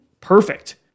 perfect